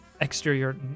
exterior